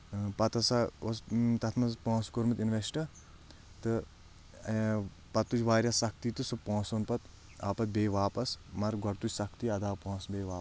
پتہٕ ہسا اوس تتھ منٛز پونٛسہٕ کوٚرمُت اِنویسٹہٕ تہٕ پتہٕ تُج واریاہ سختی تہٕ سُہ پونٛسہٕ اوٚن پتہٕ آو پتہٕ بیٚیہِ واپس مگر گۄڈٕ تُہۍ سختی تہٕ اَدٕ آو پونٛسہٕ بیٚیہِ واپس